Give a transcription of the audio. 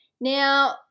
Now